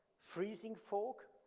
freezing fog.